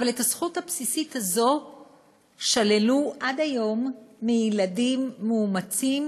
אבל את הזכות הבסיסית הזאת שללו עד היום מילדים מאומצים